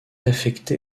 affecté